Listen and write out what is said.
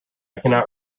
cannot